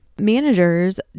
managers